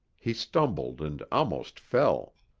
he stumbled and almost fell.